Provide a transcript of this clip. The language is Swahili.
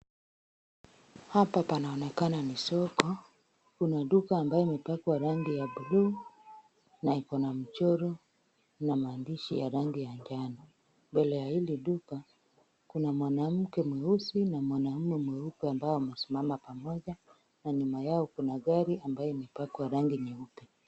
Hapa panaonekana ni soko. Kuna duka ambayo imepakwa rangi ya blue na ikona mchoro na maandishi ya rangi ya njano. Mbele ya hili duka kuna mwanamke mweusi na mwanaume mweupe ambao wamesimama pamoja na nyumba yao kuna gari ambayo imepakwa rangi nyeupe.